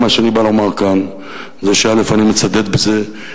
מה שאני בא לומר כאן זה שאני מצדד בזה,